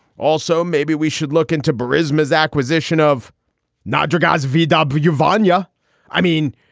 also, maybe we should look into baris mhas acquisition of not drogas vw and but your vania i mean,